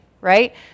right